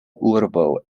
urbo